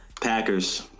Packers